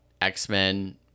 X-Men